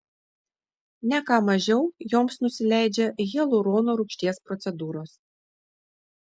ne ką mažiau joms nusileidžia hialurono rūgšties procedūros